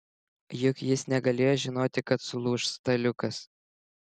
juk jis negalėjo žinoti kad sulūš staliukas